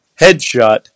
headshot